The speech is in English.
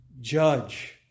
judge